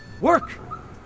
Work